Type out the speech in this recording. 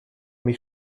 mich